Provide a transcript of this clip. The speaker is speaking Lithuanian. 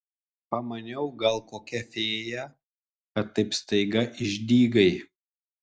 pamaniau gal kokia fėja kad taip staiga išdygai